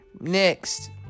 next